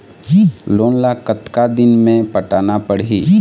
Loan ला कतका दिन मे पटाना पड़ही?